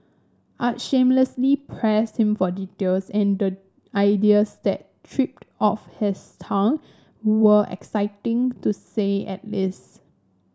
I shamelessly pressed him for details and the ideas that tripped off his tongue were exciting to say at least